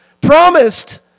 promised